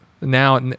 now